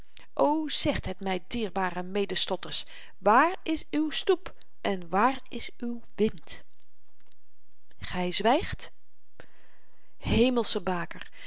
o zegt het my dierbare medestotters waar is uw stoep en waar is uw wind gy zwygt hemelsche baker